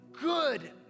good